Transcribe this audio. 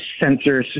sensors